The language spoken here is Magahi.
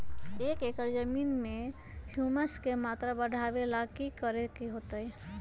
एक एकड़ जमीन में ह्यूमस के मात्रा बढ़ावे ला की करे के होतई?